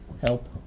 Help